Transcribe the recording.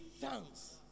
thanks